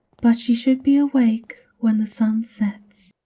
but she should be awake when the sun sets.